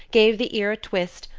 gave the ear a twist,